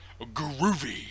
Groovy